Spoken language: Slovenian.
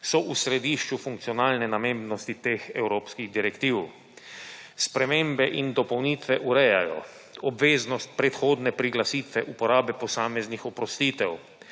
so v središču funkcionalne namembnosti teh evropskih direktiv. Spremembe in dopolnitve urejajo obveznost predhodne priglasitve uporabe posameznih oprostitev,